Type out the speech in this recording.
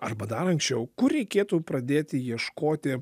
arba dar anksčiau kur reikėtų pradėti ieškoti